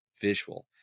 visual